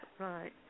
Right